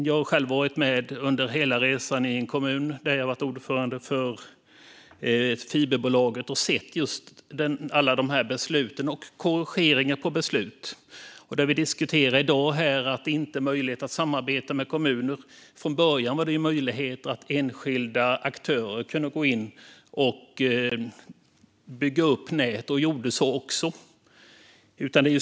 Jag har själv varit med under hela resan i en kommun där jag har varit ordförande för fiberbolaget och sett alla beslut och korrigeringar av beslut. Vi diskuterar i dag att det inte är möjligt att samarbeta med kommuner. Från början kunde enskilda aktörer gå in och bygga upp nät, vilket också skedde.